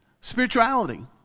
Spirituality